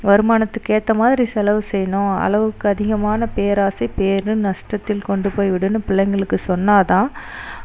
வருமானத்துக்கு ஏற்ற மாதிரி செலவு செய்யணும் அளவுக்கு அதிகமான பேராசை பெரு நஷ்டத்தில் கொண்டு போய் விடும்னு பிள்ளைங்களுக்கு சொன்னால்தான்